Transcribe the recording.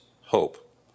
hope